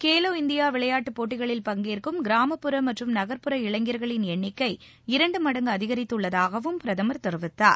Khelo India விளையாட்டுப் போட்டிகளில் பங்கேற்கும் கிராமப்புற மற்றும் நகர்ப்புற இளைஞர்களின் எண்ணிக்கை இரண்டு மடங்கு அதிகரித்துள்ளதாகவும் பிரதமர் தெரிவித்தார்